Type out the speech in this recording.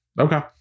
Okay